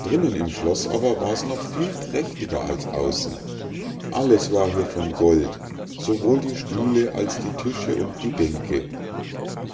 drinnen im schloß aber war's noch viel prächtiger als außen alles war hier von gold sowohl die stühle als die tische und die bänke